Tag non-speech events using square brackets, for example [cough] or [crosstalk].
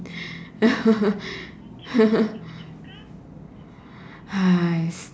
[laughs] [noise]